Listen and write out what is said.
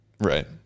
Right